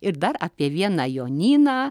ir dar apie vieną jonyną